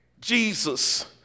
Jesus